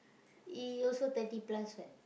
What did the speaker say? he also thirty plus [what]